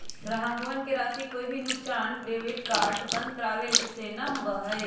ग्राहकवन के राशि के कोई भी नुकसान डेबिट कार्ड बंद करावे से ना होबा हई